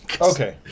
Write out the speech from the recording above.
Okay